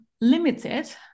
limited